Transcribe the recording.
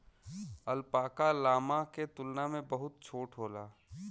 alpaca, llama के तुलना में बहुत छोट होला